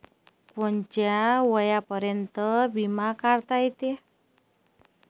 कोनच्या वयापर्यंत बिमा काढता येते?